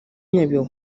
nyabihu